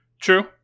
True